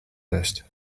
list